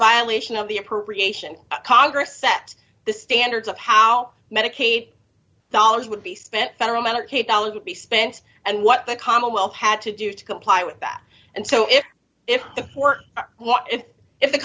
lesion of the appropriation congress set the standards of how medicaid dollars would be spent federal medicaid dollars would be spent and what the commonwealth had to do to comply with that and so if i